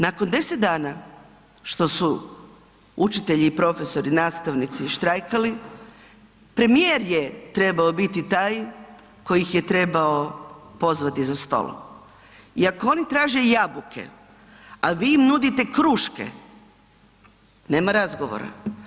Nakon 10 dana što su učitelji i profesori, nastavnici štrajkali, premijer je trebao biti taj koji ih je trebao pozvati za stol i ako oni traže jabuke, a vi im nudite kruške, nema razgovora.